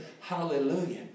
Hallelujah